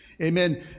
Amen